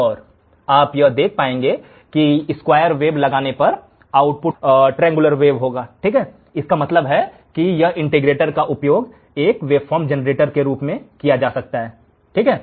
और आप यह देख पाएंगे कि स्क्वायर वेव लगाने पर आउटपुट ट्रायंगुलर वेव होगा इसका मतलब है कि इस इंटीग्रेटर का उपयोग एक वेबफॉर्म जनरेटर के रूप में भी किया जा सकता है